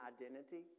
identity